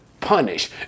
punish